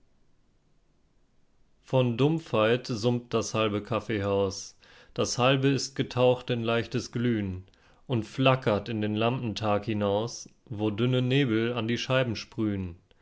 von dumpfheit summt das halbe kaffeehaus das halbe ist getaucht in leichtes glühen und flackert in den lampentag hinaus wo dünne nebel an die scheiben sprühen